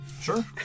Sure